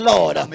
Lord